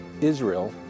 Israel